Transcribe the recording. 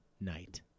night